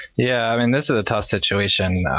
yeah and this is a tough situation.